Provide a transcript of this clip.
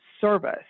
service